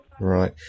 Right